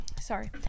sorry